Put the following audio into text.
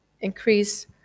increase